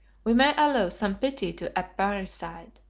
we may allow some pity to a parricide,